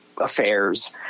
affairs